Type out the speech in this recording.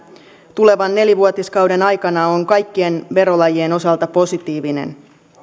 tulevan nelivuotiskauden aikana on kaikkien verolajien osalta positiivinen